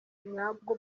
nyabwo